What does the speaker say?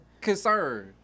concern